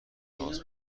تماس